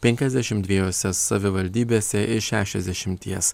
penkiasdešim dviejose savivaldybėse iš šešiasdešimies